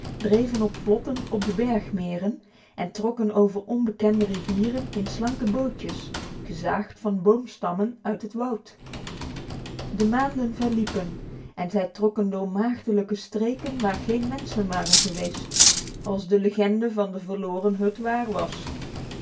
dreven op vlotten op de bergmeren en trokken over onbekende rivieren in slanke bootjes gezaagd van boomstammen uit het woud de maanden verliepen en zij trokken door maagdelijke streken waar geen mensen waren geweest als de legende van de verloren hut waar was